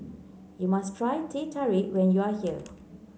you must try Teh Tarik when you are here